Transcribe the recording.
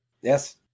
Yes